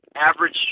average